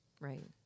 right